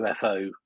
UFO